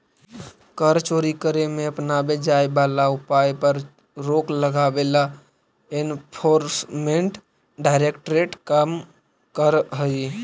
कर चोरी करे में अपनावे जाए वाला उपाय पर रोक लगावे ला एनफोर्समेंट डायरेक्टरेट काम करऽ हई